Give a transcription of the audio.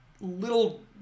little